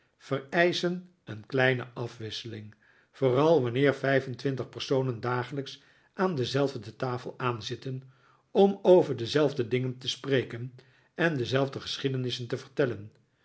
vereischen een kleine afwisseling vooral wanneer vijf en twintig personen dagelijks aan dezelfde tafel aanzitten om over dezelfde dingen te spreken en dezelfde geschiedenissen te vertellen